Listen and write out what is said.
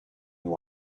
new